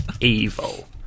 Evil